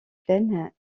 plaines